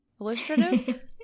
Illustrative